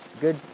good